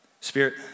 Spirit